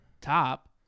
top